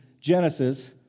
Genesis